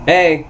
Hey